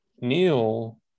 neil